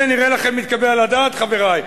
זה נראה לכם מתקבל על הדעת, חברי?